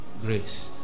Grace